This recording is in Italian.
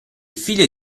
figlio